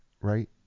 right